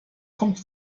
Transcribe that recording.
kommt